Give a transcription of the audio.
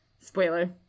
Spoiler